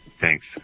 Thanks